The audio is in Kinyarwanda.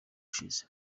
ushize